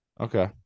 Okay